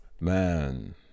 Man